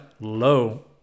low